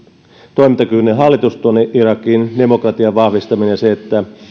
toimintakykyinen hallitus irakiin demokratian vahvistaminen se että